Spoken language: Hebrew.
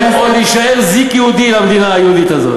שעוד יישאר זיק יהודי למדינה היהודית הזאת.